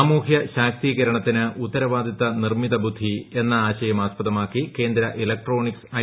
സാമൂഹ്യ ശാക്തീകരണത്തിന് ഉത്തരവാദിത്ത നിർമിത ബുദ്ധി എന്ന ആശയം ആസ്പദമാക്കി കേന്ദ്ര ഇലക്ട്രോണിക്സ് ഐ